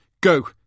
Go